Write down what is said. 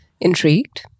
Intrigued